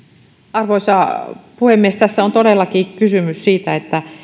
arvoisa puhemies tässä on todellakin kysymys siitä että